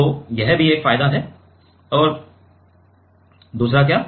तो यह भी एक फायदा है और दूसरा क्या